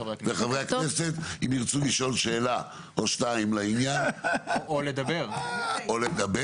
וחברי הכנסת אם ירצו לשאול שאלה או שתיים לעניין או לדבר וודאי,